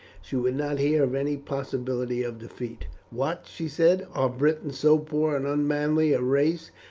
she would not hear of any possibility of defeat. what! she said. are britons so poor and unmanly a race,